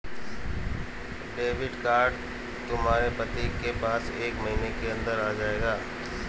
debit card तुम्हारे पति के पास एक महीने के अंदर आ जाएगा